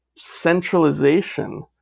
centralization